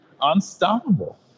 unstoppable